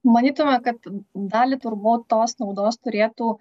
manytume kad dalį turbūt tos naudos turėtų